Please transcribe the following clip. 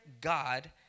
God